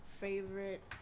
Favorite